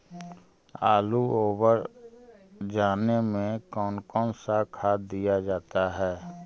आलू ओवर जाने में कौन कौन सा खाद दिया जाता है?